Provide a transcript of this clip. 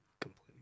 completely